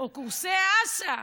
או קורסי אס"א,